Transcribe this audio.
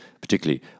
particularly